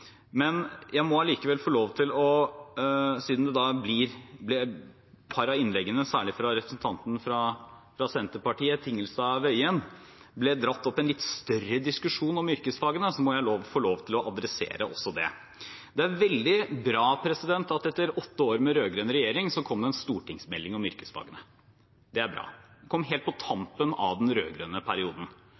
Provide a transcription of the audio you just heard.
Jeg må allikevel få lov til, siden det i et par av innleggene, særlig fra representanten fra Senterpartiet, Tingelstad Wøien, ble dratt opp en litt større diskusjon om yrkesfagene, å adressere også det. Det er veldig bra at det etter åtte år med rød-grønn regjering kom en stortingsmelding om yrkesfagene. Det er bra. Den kom helt på tampen av den rød-grønne perioden.